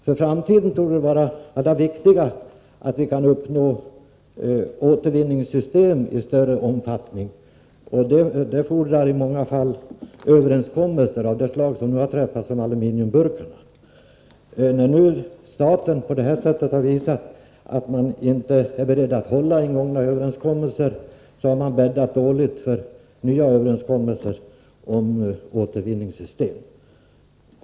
För framtiden torde det vara viktigast att införa ett system med återvinning i större omfattning än nu. Och det fordrar i många fall överenskommelser av det slag som nu har träffats om aluminiumburkarna. Men när staten på detta sätt visar att man inte är beredd att hålla ingångna avtal, har man bäddat dåligt för nya överenskommelser om återvinning.